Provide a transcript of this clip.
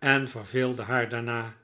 en verveelde haar daarna